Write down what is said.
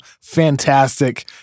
fantastic